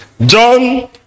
John